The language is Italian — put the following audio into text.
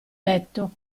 letto